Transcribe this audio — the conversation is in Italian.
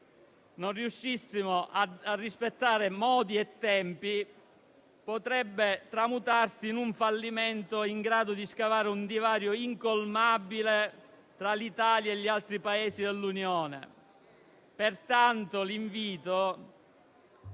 non riuscissimo a rispettare modi e tempi potrebbe tramutarsi in un fallimento in grado di scavare un divario incolmabile tra l'Italia e gli altri Paesi dell'Unione. Pertanto, è